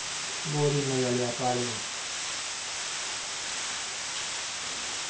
बोह्त ही मजा लेआ प्हाड़ें च